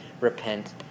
repent